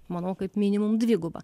manau kaip minimum dviguba